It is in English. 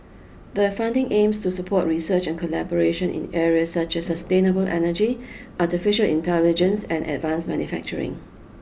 the funding aims to support research and collaboration in areas such as sustainable energy artificial intelligence and advance manufacturing